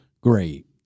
Great